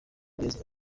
munezero